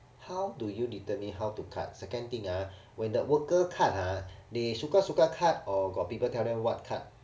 how do you determine how to cut second thing ah when the worker cut ah they suka-suka cut or got people tell them what cut